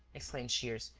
exclaimed shears.